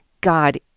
God